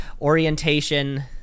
orientation